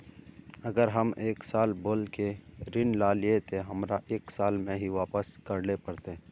अगर हम एक साल बोल के ऋण लालिये ते हमरा एक साल में ही वापस करले पड़ते?